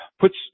puts